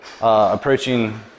approaching